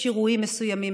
יש אירועים מסוימים,